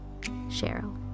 Cheryl